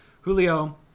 Julio